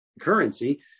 currency